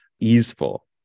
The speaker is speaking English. easeful